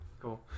Cool